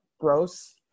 gross